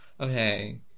Okay